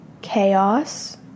chaos